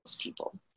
people